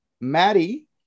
Maddie